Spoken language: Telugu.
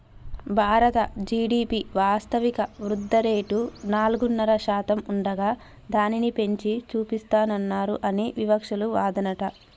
భారత జి.డి.పి వాస్తవిక వృద్ధిరేటు నాలుగున్నర శాతం ఉండగా దానిని పెంచి చూపిస్తానన్నారు అని వివక్షాలు వాదనట